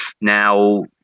Now